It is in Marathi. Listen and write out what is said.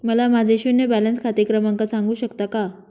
मला माझे शून्य बॅलन्स खाते क्रमांक सांगू शकता का?